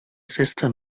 sister